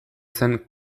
zen